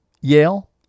Yale